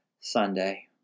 Sunday